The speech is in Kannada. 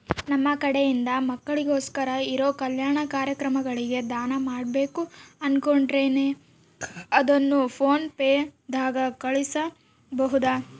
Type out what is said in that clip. ನಮ್ಮ ಕಡೆಯಿಂದ ಮಕ್ಕಳಿಗೋಸ್ಕರ ಇರೋ ಕಲ್ಯಾಣ ಕಾರ್ಯಕ್ರಮಗಳಿಗೆ ದಾನ ಮಾಡಬೇಕು ಅನುಕೊಂಡಿನ್ರೇ ಅದನ್ನು ಪೋನ್ ಪೇ ದಾಗ ಕಳುಹಿಸಬಹುದಾ?